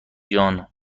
جان